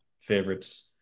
favorites